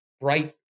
bright